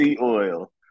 oil